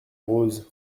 rose